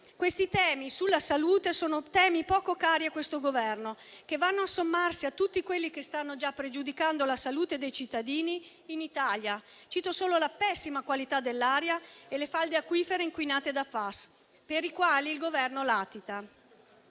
questi temi sulla salute sono poco cari a questo Governo, che vanno a sommarsi a tutti quelli che stanno già pregiudicando la salute dei cittadini in Italia. Cito solo la pessima qualità dell'aria e le falde acquifere inquinate da sostanze perfluoroalchiliche